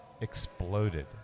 exploded